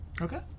Okay